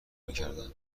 میکردم